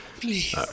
Please